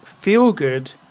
feel-good